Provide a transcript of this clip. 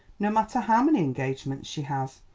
no matter how many engagements she has.